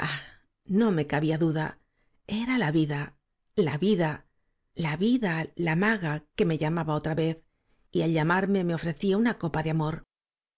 no me cabía duda era la vida la vida la vida la maga que me llamaba otra vez y al llamarme me ofrecía una copa de amor